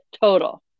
total